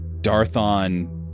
Darthon